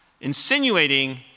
insinuating